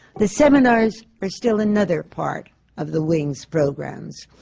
the seminars are still another part of the wing's programs.